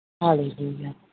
Hallelujah